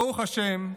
ברוך השם,